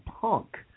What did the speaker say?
Punk